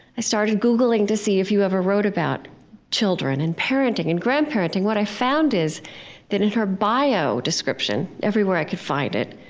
i started googling to see if you ever wrote about children and parenting and grandparenting. what i found is that in her bio description, everywhere i could find it,